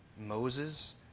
Moses